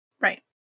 Right